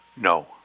No